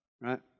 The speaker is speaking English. Right